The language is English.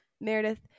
Meredith